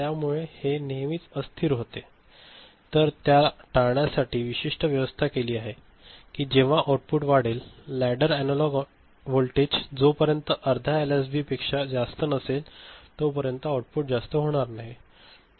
त्यामुळे हे नेहमीच अस्थिर होते तर त्या टाळण्यासाठी विशेष व्यवस्था केली आहे की जेव्हा आउटपुट वाढेल लॅडर अनालॉग व्होल्टेज जो पर्यन्त अर्ध्या एलएसबीपेक्षा जास्त नसेल तो पर्यंत आउटपुट जास्त होणार नाही